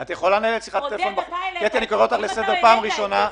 קטי, אני קורא אותך לסדר בפעם הראשונה.